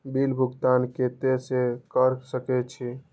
Bill भुगतान केते से कर सके छी?